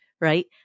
right